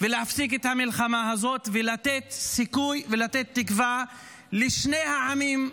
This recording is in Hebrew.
להפסיק את המלחמה הזאת ולתת סיכוי ולתת תקווה לשני העמים,